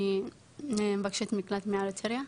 אני מבקשת מקלט מאריתריאה,